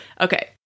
okay